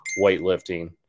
weightlifting